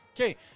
Okay